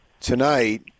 tonight –